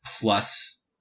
plus